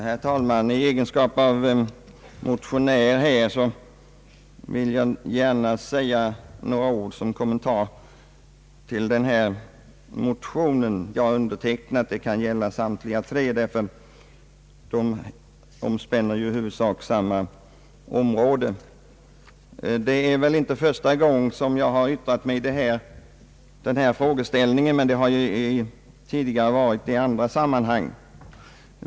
Herr talman! I egenskap av motionär vill jag gärna säga några ord som kommentar till den motion jag undertecknat. Kommentaren kan för övrigt gälla samtliga tre motionspar som behandlas i detta utlåtande, ty de omspänner ju i huvudsak samma område. Det är inte första gången som jag tar till orda i den här frågan, men tidigare har det varit i annat sammanhang.